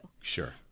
Sure